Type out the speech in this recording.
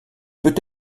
peut